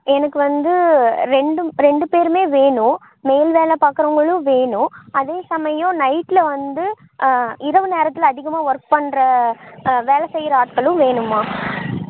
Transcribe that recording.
எனக்கு வந்து ரெண்டு ரெண்டு பேருமே வேணும் மேல் வேலை பார்க்கறவுங்களும் வேணும் அதே சமயம் நைட்டில் வந்து இரவு நேரத்தில் அதிகமாக ஒர்க் பண்ணுற வேலை செய்கிற ஆட்களும் வேணும்மா